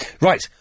Right